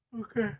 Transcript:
Okay